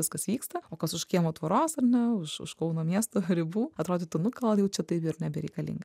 viskas vyksta o kas už kiemo tvoros ar ne už už kauno miesto ribų atrodytų nu gal jau čia taip ir nebereikalinga